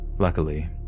Luckily